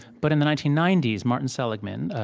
but in the nineteen ninety s, martin seligman,